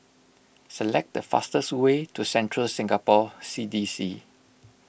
select the fastest way to Central Singapore C D C